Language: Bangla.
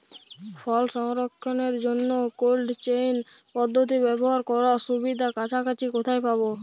ফল সংরক্ষণের জন্য কোল্ড চেইন পদ্ধতি ব্যবহার করার সুবিধা কাছাকাছি কোথায় পাবো?